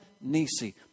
Nisi